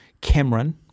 Cameron